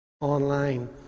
online